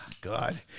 God